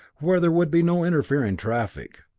where there would be no interfering traffic,